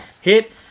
hit